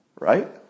right